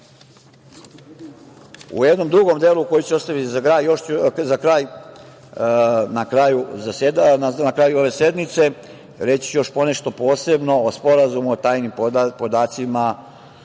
u jednom drugom delu koji ću ostaviti za kraj ove sednice, reći ću još ponešto posebno o Sporazumu o razmeni